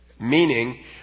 Meaning